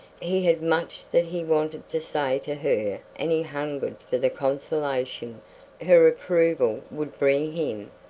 he had much that he wanted to say to her and he hungered for the consolation her approval would bring him,